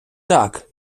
так